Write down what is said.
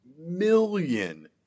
million